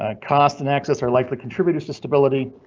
ah cost and access are likely contributed to stability,